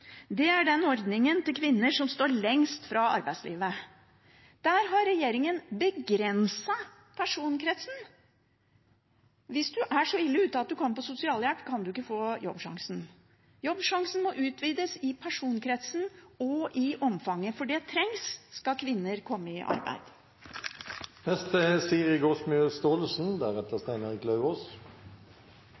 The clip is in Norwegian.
Det er ordningen for de kvinnene som står lengst unna arbeidslivet. Der har regjeringen begrenset personkretsen. Hvis man er så ille ute at man kommer på sosialhjelp, kan man ikke få Jobbsjansen. Jobbsjansen må utvides i personkrets og omfang, for det trengs skal kvinner komme i arbeid. Jeg synes nok statsråden er noe høy og mørk i